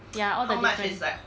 ya all the different